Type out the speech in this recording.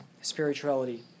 spirituality